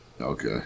okay